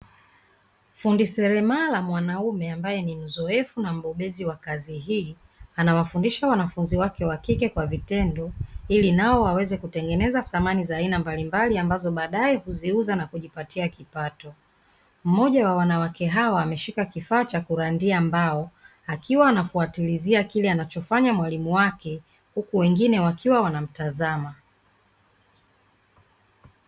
Fundi zeremala mwanaume ambaye ni mzoefu na mbobezi wa kazi hii anawafundisha wanafunzi wake wakike kwa vitendo, ili nao waweze kutengeneza samani za aina mbalimbali ambazo baadae huziuza na kujipatia kipato. Mmoja wa wanawake hawa ameshika kifaa cha kurandia mbao akiwa anafuatilizia kile anachofanya mwalimu wake huku wengine wakiwa wanamtazama.